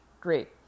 great